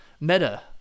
Meta